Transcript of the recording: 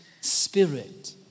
spirit